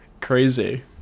Crazy